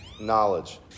knowledge